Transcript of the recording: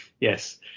yes